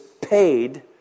paid